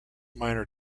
minor